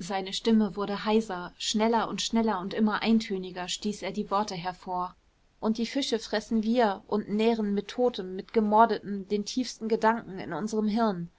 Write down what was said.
seine stimme wurde heiser schneller und schneller und immer eintöniger stieß er die worte hervor und die fische fressen wir und nähren mit totem mit gemordetem den tiefsten gedanken in unserem hirn